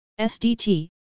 SDT